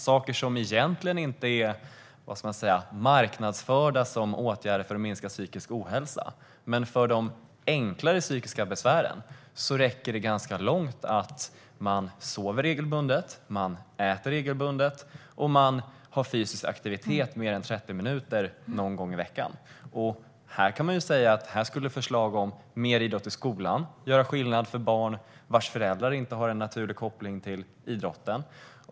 Det handlar om saker som inte är marknadsförda som åtgärder för att minska psykisk ohälsa. För de enklare psykiska besvären räcker det ganska långt om man sover och äter regelbundet och har fysisk aktivitet under mer än 30 minuter någon gång i veckan. Här skulle förslag om mer idrott i skolan göra skillnad för barn vars föräldrar inte har en naturlig koppling till idrotten.